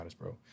bro